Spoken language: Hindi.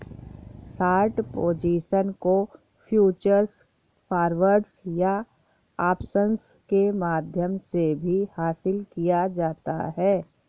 शॉर्ट पोजीशन को फ्यूचर्स, फॉरवर्ड्स या ऑप्शंस के माध्यम से भी हासिल किया जाता है